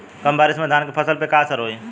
कम बारिश में धान के फसल पे का असर होई?